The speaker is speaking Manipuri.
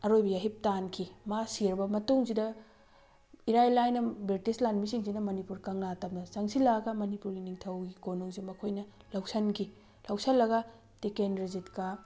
ꯑꯔꯣꯏꯕ ꯌꯥꯍꯤꯞ ꯇꯥꯟꯈꯤ ꯃꯥ ꯁꯤꯔꯕ ꯃꯇꯨꯡꯁꯤꯗ ꯏꯔꯥꯏ ꯂꯥꯏꯅ ꯕ꯭ꯔꯤꯇꯤꯁ ꯂꯥꯟꯃꯤꯁꯤꯡꯁꯤꯅ ꯃꯅꯤꯄꯨꯔ ꯀꯪꯂꯥ ꯇꯝꯅ ꯆꯪꯁꯤꯜꯂꯛꯑꯒ ꯃꯅꯤꯄꯨꯔꯒꯤ ꯅꯤꯡꯊꯧꯒꯤ ꯀꯣꯅꯨꯡꯁꯦ ꯃꯈꯣꯏꯅ ꯂꯧꯁꯤꯟꯈꯤ ꯂꯧꯁꯤꯜꯂꯒ ꯇꯤꯀꯦꯟꯗ꯭ꯔꯖꯤꯠꯀ